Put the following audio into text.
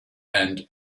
and